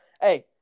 Hey